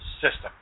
System